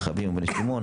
מרחבים ויש שם עוד,